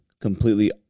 completely